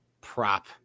prop